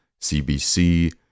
CBC